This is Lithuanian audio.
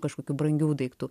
kažkokių brangių daiktų